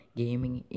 gaming